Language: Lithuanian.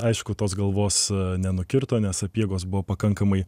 aišku tos galvos nenukirto nes sapiegos buvo pakankamai